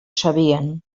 sabien